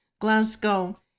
glasgow